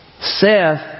Seth